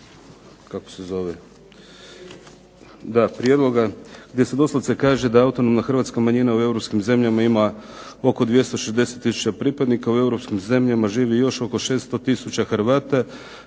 kako se zove, da prijedloga gdje se doslovce kaže da autonomna hrvatska manjina u europskim zemljama ima oko 260000 pripadnika. U europskim zemljama živi još oko 600000 Hrvata.